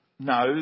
no